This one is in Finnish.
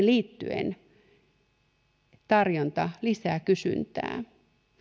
liittyen että tarjonta lisää kysyntää